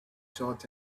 shot